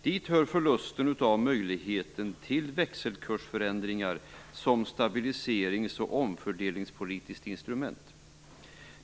Dit hör förlusten av möjligheten till växelkursförändringar som stabiliserings och omfördelningspolitiskt instrument.